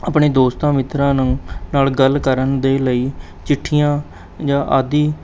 ਆਪਣੇ ਦੋਸਤਾਂ ਮਿੱਤਰਾਂ ਨੂੰ ਨਾਲ਼ ਗੱਲ ਕਰਨ ਦੇ ਲਈ ਚਿੱਠੀਆਂ ਜਾਂ ਆਦਿ